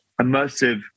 immersive